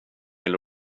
vill